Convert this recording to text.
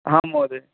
आम् महोदय